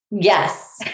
Yes